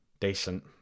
decent